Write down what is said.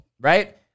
right